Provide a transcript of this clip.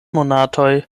monatoj